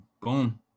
Boom